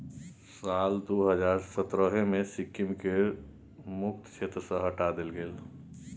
साल दू हजार सतरहे मे सिक्किमकेँ कर मुक्त क्षेत्र सँ हटा देल गेलै